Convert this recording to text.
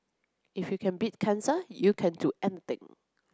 if you can beat cancer you can do anything